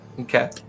Okay